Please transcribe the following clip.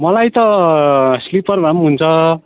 मलाई त स्लिपर भए पनि हुन्छ